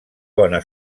bona